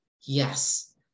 yes